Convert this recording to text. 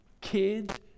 kids